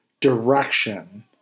direction